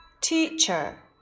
teacher